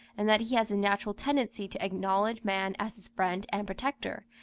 and that he has a natural tendency to acknowledge man as his friend and protector,